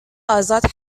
آزاد